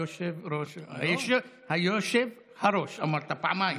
היושב-ראש, אמרת פעמיים.